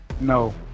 no